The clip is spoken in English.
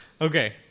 Okay